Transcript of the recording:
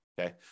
okay